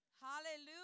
Hallelujah